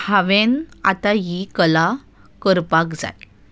हांवें आतां ही कला करपाक जाय